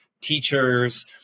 teachers